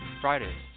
Fridays